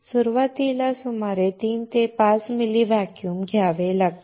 सुरुवातीला सुमारे 3 ते 5 मिली व्हॉल्यूम घ्यावे लागते